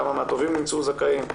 כמה מהתובעים נמצאו זכאים,